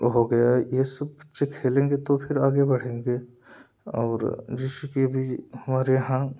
हो गया ये सब बच्चे खेलेंगे तो आगे बढ़ेंगे और जैसे कि अभी हमारे यहाँ